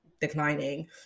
declining